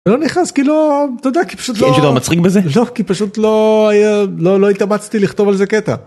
לא נכנס כי לא, אתה יודע כי פשוט, כי אין שום דבר מצחיק בזה, לא כי פשוט לא, לא לא התאמצתי לכתוב על זה קטע.